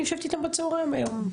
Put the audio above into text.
אני יושבת איתם בצהריים היום.